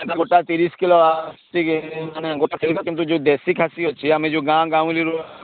ସେଇଟା ଗୋଟା ତିରିଶ କିଲୋ ମାନେ ଗୋଟା ଛେଳିଟା କିନ୍ତୁ ଯେଉଁ ଦେଶୀ ଖାସି ଅଛି ଆମେ ଯେଉଁ ଗାଁ ଗାଉଁଲିରୁ